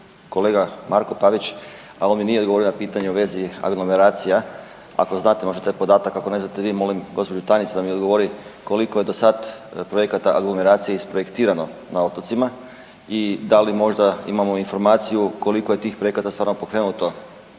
kolega Marko Pavić, a on mi nije odgovorio na pitanje u vezi aglomeracija ako znate možda taj podatak, ako ne znate vi molim gospođu tajnicu da mi odgovori koliko je do sada projekata aglomeracije izprojektirano na otocima i da li možda imamo informaciju koliko je tih projekata stvarno pokrenuto,